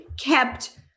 kept